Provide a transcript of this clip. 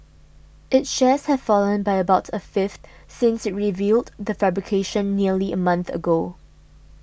its shares have fallen by about a fifth since it revealed the fabrication nearly a month ago